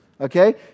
Okay